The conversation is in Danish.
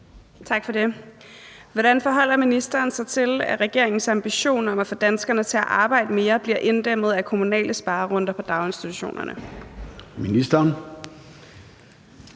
Carøe (SF): Hvordan forholder ministeren sig til, at regeringens ambition om at få danskerne til at arbejde mere bliver inddæmmet af kommunale sparerunder på daginstitutionerne? Skriftlig